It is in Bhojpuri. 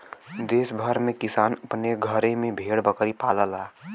देस भर में किसान अपने घरे में भेड़ बकरी पालला